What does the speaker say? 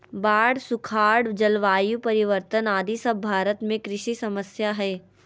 बाढ़, सुखाड़, जलवायु परिवर्तन आदि सब भारत में कृषि समस्या हय